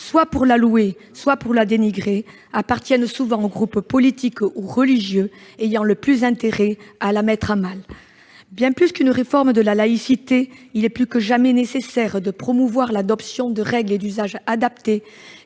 soit pour la louer, soit pour la dénigrer, appartiennent souvent aux groupes politiques ou religieux qui ont le plus intérêt à la mettre à mal. Bien plus qu'une réforme de la laïcité, il est plus que jamais nécessaire de promouvoir l'adoption de règles et d'usages adaptés